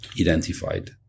identified